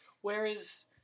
Whereas